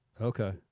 Okay